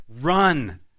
run